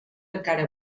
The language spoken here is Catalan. encara